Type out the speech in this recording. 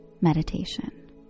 Meditation